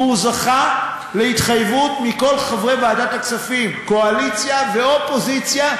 והוא זכה להתחייבות מכל חברי ועדת הכספים: קואליציה ואופוזיציה,